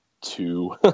two